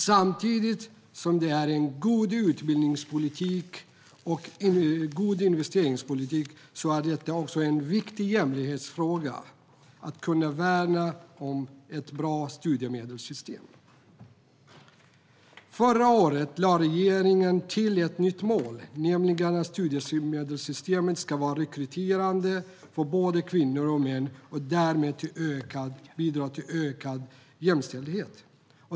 Samtidigt som det är god utbildningspolitik och god investeringspolitik är det också en viktig jämlikhetsfråga att värna om ett bra studiemedelssystem. Förra året lade regeringen till ett nytt mål, nämligen att studiemedelssystemet ska vara rekryterande för både kvinnor och män och därmed bidra till ökad jämställdhet.